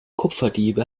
kupferdiebe